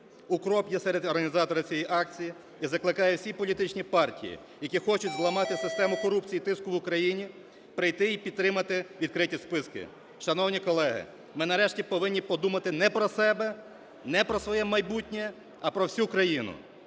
УКРОП є серед організаторів цієї акції і закликає всі політичні партії, які хочуть зламати систему корупції і тиску в Україні, прийти і підтримати відкриті списки. Шановні колеги, ми, нарешті, повинні подумати не про себе, не про своє майбутнє, а про всю країну.